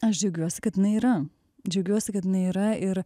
aš džiaugiuosi kad jinai yra džiaugiuosi kad jinai yra ir